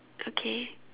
okay